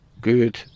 good